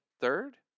third